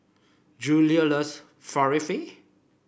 Julie loves Falafel